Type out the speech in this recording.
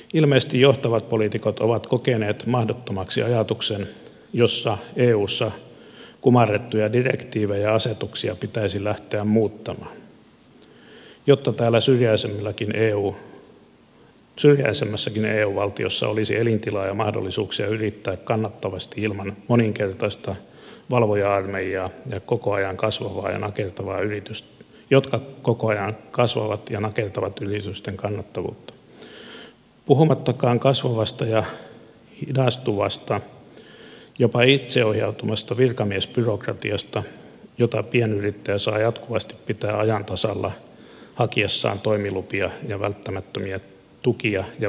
ilmeisesti johtavat poliitikot ovat kokeneet mahdottomaksi ajatuksen jossa eussa kumarrettuja direktiivejä ja asetuksia pitäisi lähteä muuttamaan jotta täällä syrjäisemmässäkin eu valtiossa olisi elintilaa ja mahdollisuuksia yrittää kannattavasti ilman moninkertaista valvoja armeijaa joka koko ajan kasvaa ja nakertaa yritysten kannattavuutta puhumattakaan kasvavasta ja hidastuvasta jopa itseohjautuvasta virkamiesbyrokratiasta jota pienyrittäjä saa jatkuvasti pitää ajan tasalla hakiessaan toimilupia ja välttämättömiä tukia ja verohuojennuksia